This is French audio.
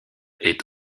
est